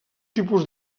tipus